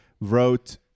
wrote